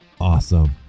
awesome